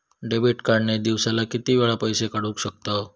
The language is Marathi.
डेबिट कार्ड ने दिवसाला किती वेळा पैसे काढू शकतव?